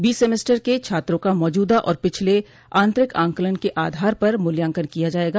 बीच semester के छात्रों का मौजूदा और पिछले आंतरिक आंकलन के आधार पर मूल्यांकन किया जाएगा